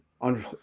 on